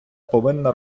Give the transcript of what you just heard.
повинна